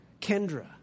Kendra